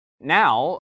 Now